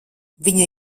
viņa